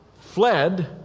fled